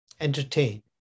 entertain